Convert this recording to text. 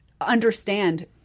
understand